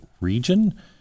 region